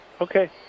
okay